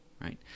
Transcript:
right